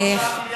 מיליארד שקל.